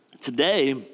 Today